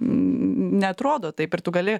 neatrodo taip ir tu gali